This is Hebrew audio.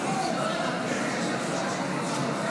התשפ"ד 2024,